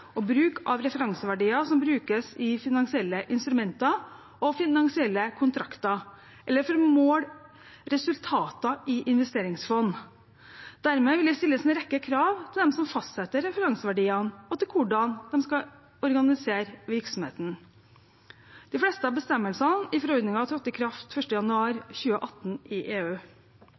og bruk av referanseverdier som brukes i finansielle instrumenter og finansielle kontrakter, eller for å måle resultater i investeringsfond. Dermed vil det stilles en rekke krav til dem som fastsetter referanseverdiene, og til hvordan de skal organisere virksomheten. De fleste av bestemmelsene i forordningen trådte i kraft 1. januar 2018 i EU.